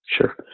Sure